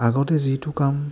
আগতে যিটো কাম